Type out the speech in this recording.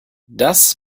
das